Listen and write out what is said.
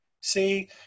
See